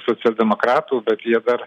socialdemokratų bet jie dar